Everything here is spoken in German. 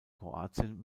kroatien